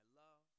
love